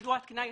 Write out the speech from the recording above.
פרוצדורה תקינה,